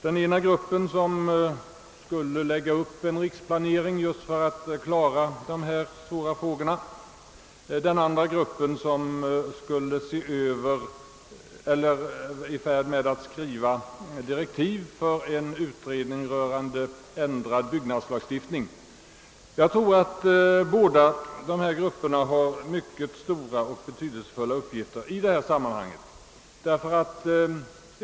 Den ena gruppen skulle göra en riksplanering för alla samhällsplaneringsfrågor, och den andra var i färd med att skriva direktiv för en utredning rörande ändrad byggnadslagstiftning. Jag tror att båda dessa grupper har mycket stora och betydelsefulla uppgifter i detta sammanhang.